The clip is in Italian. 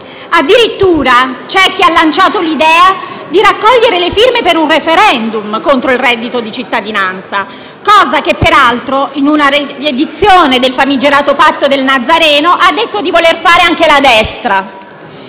Addirittura c'è chi ha lanciato l'idea di raccogliere le firme per un *referendum* contro il reddito di cittadinanza, cosa che peraltro, in una riedizione del famigerato patto del Nazareno, ha detto di voler fare anche la destra.